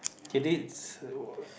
okay this uh